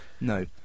No